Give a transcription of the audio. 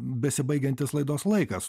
besibaigiantis laidos laikas